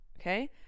okay